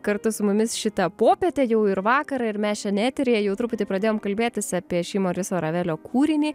kartu su mumis šitą popietę jau ir vakarą ir mes šian eteryje jau truputį pradėjom kalbėtis apie šį moriso ravelio kūrinį